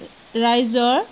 ৰাইজৰ